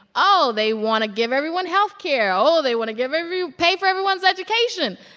oh, they want to give everyone health care. oh, they want to give every pay for everyone's education.